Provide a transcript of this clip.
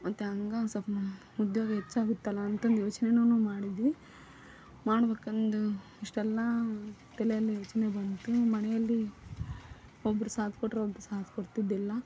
ಮತ್ತು ಹಂಗಂದು ಸ್ವಲ್ಪ ನಾನು ಉದ್ಯೋಗ ಹೆಚ್ಚಾಗುತ್ತಲ್ಲ ಅಂತಂದು ಯೋಚನೆನು ಮಾಡಿದೆವು ಮಾಡಬೇಕಂದು ಇಷ್ಟೆಲ್ಲ ತಲೆಯಲ್ಲಿ ಯೋಚನೆ ಬಂತು ಮನೆಯಲ್ಲಿ ಒಬ್ರ ಸಾಥ್ ಕೊಟ್ರು ಒಬ್ರು ಸಾಥ್ ಕೊಡ್ತಿದ್ದಿಲ್ಲ